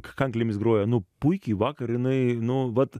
kanklėmis groja nu puikiai vakar jinai nu vat